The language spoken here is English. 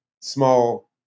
small